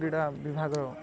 କ୍ରୀଡ଼ା ବିଭାଗ